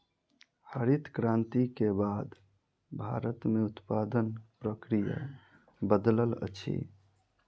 हरित क्रांति के बाद भारत में उत्पादन प्रक्रिया बदलल अछि